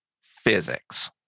Physics